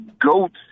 goats